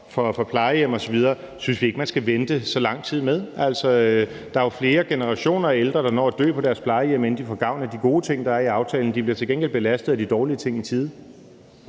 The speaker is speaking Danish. for plejehjem osv., synes vi ikke man skal vente så lang tid med. Der er jo flere generationer af ældre, der når at dø på deres plejehjem, inden de får gavn af de gode ting, der er i aftalen. De bliver til gengæld belastet af de dårlige ting i tide.